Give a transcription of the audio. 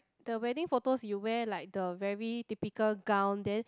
the wedding photos you wear like the very typical gown then